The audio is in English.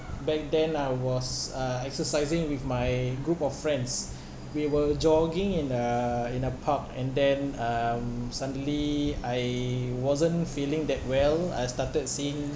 back then I was uh exercising with my group of friends we were jogging in a in a park and then um suddenly I wasn't feeling that well I started seeing